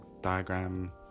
diagram